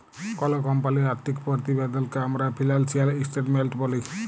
call কমপালির আথ্থিক পরতিবেদলকে আমরা ফিলালসিয়াল ইসটেটমেলট ব্যলি